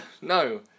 No